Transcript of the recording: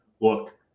Look